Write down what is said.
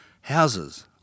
houses